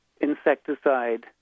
insecticide